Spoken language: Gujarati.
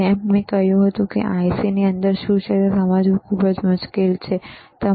જેમ મેં કહ્યું તેમ IC ની અંદર શું છે તે સમજવું ખૂબ જ મુશ્કેલ છે ખરું ને